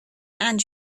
and